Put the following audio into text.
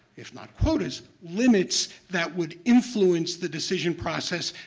if not quotas, limits that would influence the decision process,